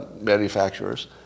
manufacturers